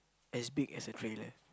as big as a trailer